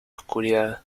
oscuridad